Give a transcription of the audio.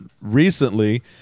recently